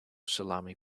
salami